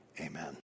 amen